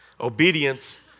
Obedience